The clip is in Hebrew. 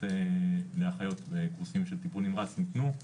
לאחיות בקורסים של טיפול נמרץ ניתנו,